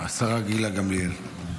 השרה גילה גמליאל.